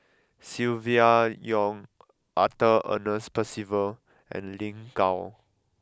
Silvia Yong Arthur Ernest Percival and Lin Gao